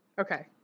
Okay